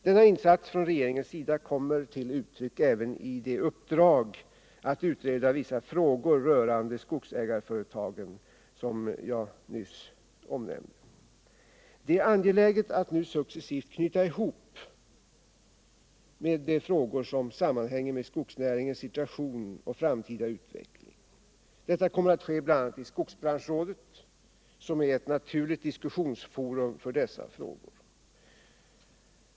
Denna insats från regeringens sida kommer till uttryck även i det uppdrag att utreda vissa frågor rörande skogsägareföretag som jag nyss omnämnde. Det är angeläget att nu successivt knyta ihop de frågor som sammanhänger med skogsnäringens situation och framtida utveckling. Detta kommer bl.a. att ske i skogsbranschrådet, som är ett naturligt diskussionsforum för dessa frågor.